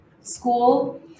school